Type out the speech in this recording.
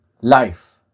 life